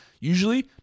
Usually